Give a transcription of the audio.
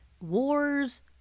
wars